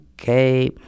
okay